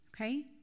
okay